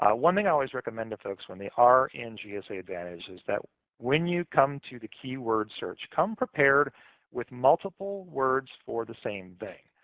one thing i always recommend folks when they are in gsa advantage is that when you come to the keyword search, come prepared with multiple words for the same thing.